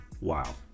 wow